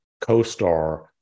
co-star